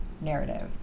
narrative